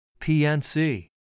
PNC